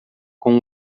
com